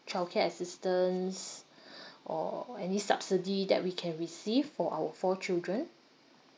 childcare assistance or or any subsidy that we can receive for our four children